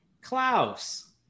Klaus